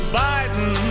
biden